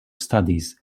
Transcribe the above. studies